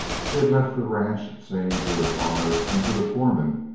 she had left the ranch saying to her father and to the foreman,